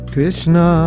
Krishna